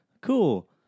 Cool